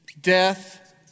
death